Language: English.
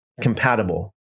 compatible